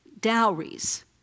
dowries